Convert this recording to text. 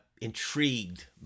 Intrigued